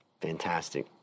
Fantastic